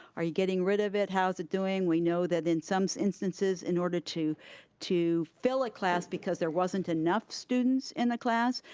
are you getting rid of it, how is it doing? we know that in some instances, in order to to fill a class because there wasn't enough students in the class,